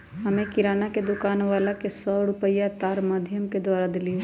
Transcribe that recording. हम्मे किराना के दुकान वाला के सौ रुपईया तार माधियम के द्वारा देलीयी